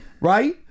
Right